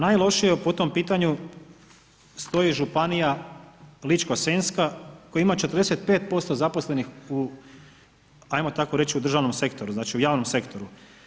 Najlošije po tom pitanju stoji županija Ličko-senjska koja ima 45% zaposlenih u ajmo tako reći u državnom sektoru, znači u javnom sektoru.